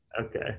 Okay